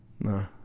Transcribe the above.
No